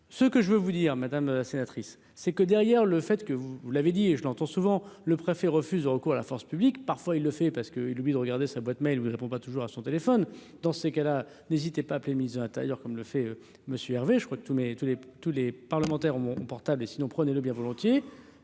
ce que je veux vous dire madame la sénatrice, c'est que derrière le fait que vous, vous l'avez dit, et je l'entends souvent le préfet refuse de recours à la force publique, parfois, il le fait passer. Qu'il oublie de regarder sa boîte Mail vous répond pas toujours à son téléphone dans ces cas-là, n'hésitez pas appeler, ministre de l'Intérieur, comme le fait Monsieur Hervé, je crois que tous les, tous les, tous les parlementaires, mon portable et sinon prenez-le bien volontiers,